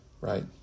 right